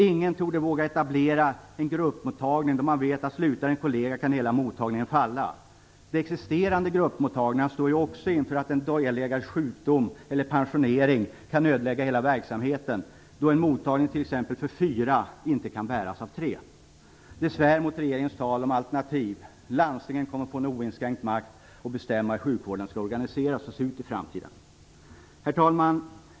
Ingen torde våga etablera en gruppmottagning då man vet att hela mottagningen kan falla om en kollega slutar. De existerande gruppmottagningarna står också inför att en delägares sjukdom eller pensionering kan ödelägga hela verksamheten, då t.ex. en mottagning för fyra inte kan bäras av tre. Detta svär mot regeringens tal om alternativ. Landstingen kommer att få oinskränkt makt att bestämma hur sjukvården skall organiseras och se ut i framtiden. Herr talman!